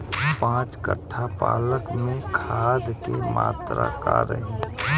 पाँच कट्ठा पालक में खाद के मात्रा का रही?